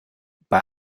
bei